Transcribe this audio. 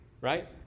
right